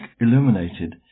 illuminated